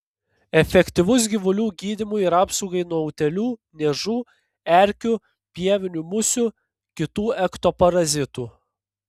efektyvus gyvulių gydymui ir apsaugai nuo utėlių niežų erkių pievinių musių kitų ektoparazitų